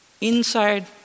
Inside